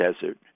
desert